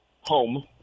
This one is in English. home